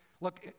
Look